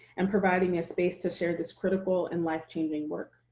and providing a space to share this critical and life-changing work.